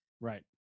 Right